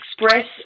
express